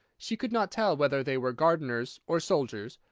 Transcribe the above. she could not tell whether they were gardeners, or soldiers,